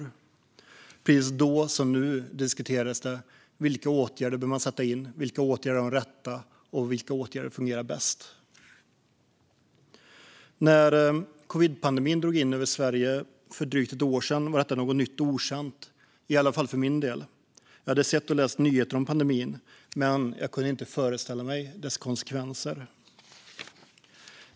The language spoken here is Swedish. Då, precis som nu, diskuterades vilka åtgärder som borde sättas in, vilka åtgärder som var de rätta och vilka åtgärder som fungerar bäst. När covid-19-pandemin drog in över Sverige för drygt ett år sedan var den något nytt och okänt, i alla fall för min del. Jag hade sett och läst nyheter om pandemin, men jag kunde inte föreställa mig dess konsekvenser.